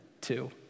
two